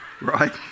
Right